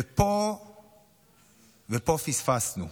ופה פספסנו.